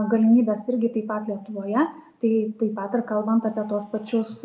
galimybės irgi taip pat lietuvoje tai taip pat ir kalbant apie tuos pačius